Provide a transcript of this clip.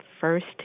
first